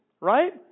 right